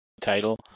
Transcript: title